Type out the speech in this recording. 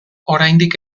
oraindik